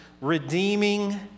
redeeming